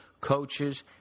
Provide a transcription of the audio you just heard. coaches